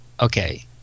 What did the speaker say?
okay